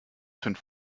fünf